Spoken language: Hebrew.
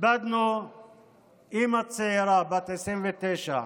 איבדנו אימא צעירה, בת 29,